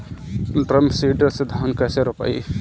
Drum seeder से धान कैसे रोपाई?